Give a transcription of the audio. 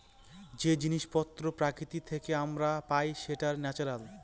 যে জিনিস পত্র প্রকৃতি থেকে আমরা পাই সেটা ন্যাচারাল